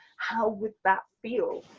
how would that feel,